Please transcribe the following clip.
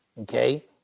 okay